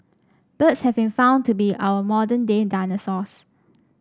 birds have been found to be our modern day dinosaurs